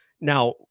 Now